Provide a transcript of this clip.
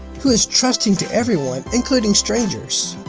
who is trusting to everyone, including strangers.